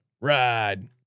ride